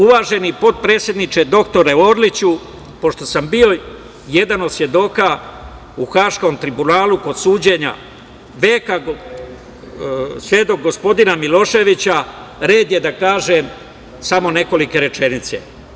Uvaženi potpredsedniče, doktore Orliću, pošto sam bio jedan od svedoka u Haškom tribunalu kod suđenja veka, svedok gospodina Miloševića, red je da kažem samo nekoliko rečenica.